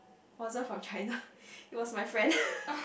wasn't from China it was my friend